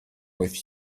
with